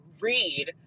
read